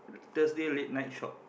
Thursday late night shop